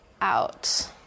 out